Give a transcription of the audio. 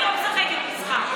אני לא משחקת משחק,